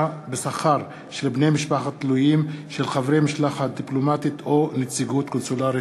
בשכר של בני משפחה תלויים של חברי משלחת דיפלומטית או נציגות קונסולרית.